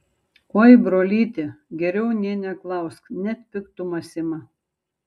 oi brolyti geriau nė neklausk net piktumas ima